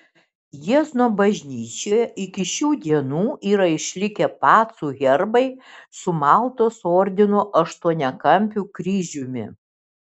jiezno bažnyčioje iki šių dienų yra išlikę pacų herbai su maltos ordino aštuoniakampiu kryžiumi